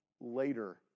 later